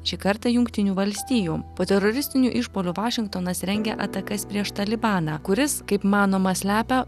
šį kartą jungtinių valstijų po teroristinių išpuolių vašingtonas rengia atakas prieš talibaną kuris kaip manoma slepia